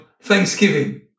Thanksgiving